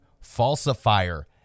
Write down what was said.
Falsifier